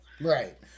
right